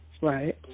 Right